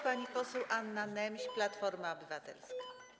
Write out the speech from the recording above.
Pani poseł Anna Nemś, Platforma Obywatelska.